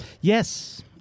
Yes